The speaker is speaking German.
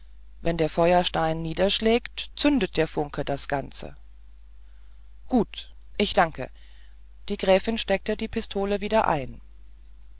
wenn der feuerstein niederschlägt entzündet der funke das ganze gut ich danke die gräfin steckte die pistole wieder ein